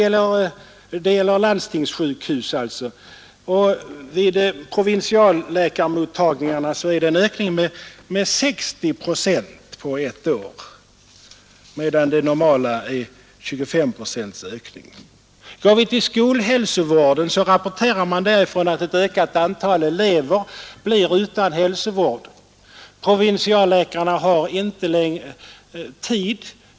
På provinsialläkarmottagningarna är det en ökning av väntetidens längd med 60 procent på ett år medan den normala ökningen är 25 å 30 procent. Från skolhälsovården rapporteras att ett ökat antal elever blir utan hälsovård. Provinsialläkarna har inte tid längre.